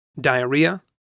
diarrhea